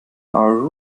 our